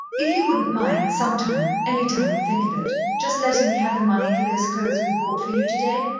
if you wouldn't mind, sometime any time you think of it just letting me have the money for those clothes we bought for you today.